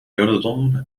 jodendom